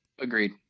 Agreed